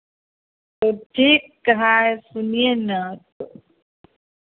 तो ठीक है सुनिये ना तो